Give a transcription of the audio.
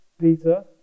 Peter